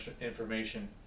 information